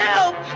Help